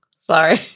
Sorry